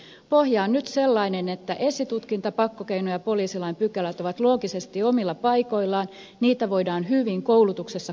pohja on nyt sellainen että esitutkinta pakkokeino ja poliisilain pykälät ovat loogisesti omilla paikoillaan niitä voidaan hyvin koulutuksessa kouluttaa